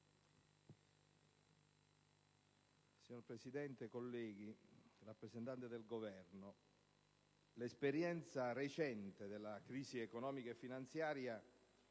Signora Presidente, rappresentante del Governo, colleghi, l'esperienza recente della crisi economica e finanziaria